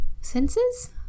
senses